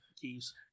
Keys